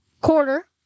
quarter